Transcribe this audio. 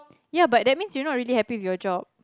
ya but that means you're not really happy with your job